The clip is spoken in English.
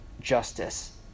justice